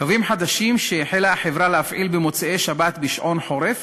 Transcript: קווים חדשים שהחלה החברה להפעיל במוצאי-שבת בזמן שעון החורף